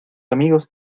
amigos